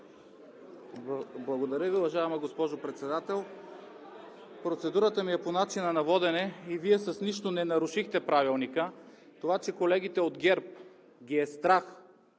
Благодаря Ви, уважаема госпожо Председател. Процедурата ми е по начина на водене – Вие с нищо не нарушихте Правилника. Това, че колегите от ГЕРБ ги е страх